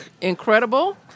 incredible